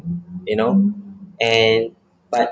you know and but